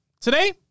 Today